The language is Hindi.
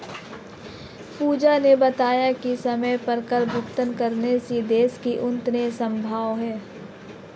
पूजा ने बताया कि समय पर कर भुगतान करने से ही देश की उन्नति संभव है